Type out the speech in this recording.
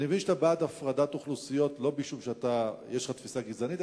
אני מבין שאתה בעד הפרדת אוכלוסיות לא משום שיש לך תפיסה גזענית,